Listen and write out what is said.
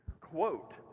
Quote